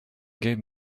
gave